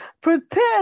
prepare